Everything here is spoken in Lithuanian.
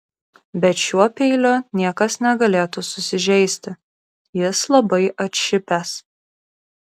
bet šiuo peiliu niekas negalėtų susižeisti jis labai atšipęs